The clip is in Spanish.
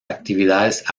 actividades